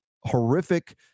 horrific